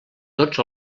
tots